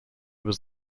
was